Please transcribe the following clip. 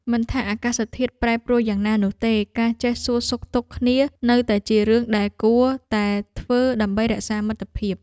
មិនថាអាកាសធាតុប្រែប្រួលយ៉ាងណានោះទេ ការចេះសួរសុខទុក្ខគ្នានៅតែជារឿងដែលគួរតែធ្វើដើម្បីរក្សាមិត្តភាព។